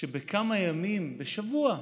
שבכמה ימים, בשבוע,